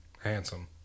Handsome